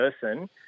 person